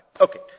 Okay